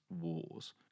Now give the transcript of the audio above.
wars